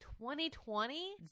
2020